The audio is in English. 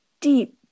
deep